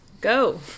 go